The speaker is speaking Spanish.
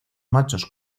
machos